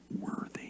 worthy